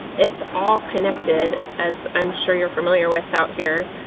it's all connected, as i'm sure you're familiar with out here.